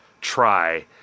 try